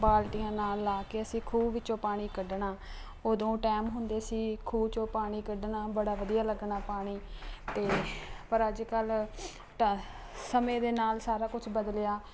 ਬਾਲਟੀਆਂ ਨਾਲ ਲਾ ਕੇ ਅਸੀਂ ਖੂਹ ਵਿੱਚੋਂ ਪਾਣੀ ਕੱਢਣਾ ਉਦੋਂ ਟਾਈਮ ਹੁੰਦੇ ਸੀ ਖੂਹ 'ਚੋਂ ਪਾਣੀ ਕੱਢਣਾ ਬੜਾ ਵਧੀਆ ਲੱਗਣਾ ਪਾਣੀ ਅਤੇ ਪਰ ਅੱਜ ਕੱਲ੍ਹ ਟ ਸਮੇਂ ਦੇ ਨਾਲ ਸਾਰਾ ਕੁਛ ਬਦਲਿਆ